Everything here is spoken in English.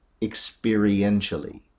experientially